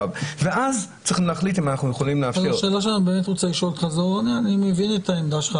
ואז צריכים להחליט אם אנחנו יכולים -- אני מבין את העמדה שלך,